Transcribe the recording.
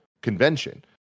convention